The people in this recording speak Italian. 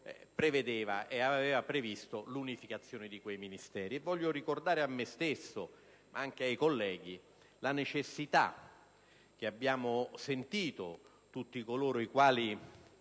Bassanini 1 aveva previsto l'unificazione di quei Ministeri. Voglio ricordare a me stesso, ma anche ai colleghi, la necessità sentita da tutti coloro i quali